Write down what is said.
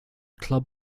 club